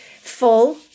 full